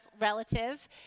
relative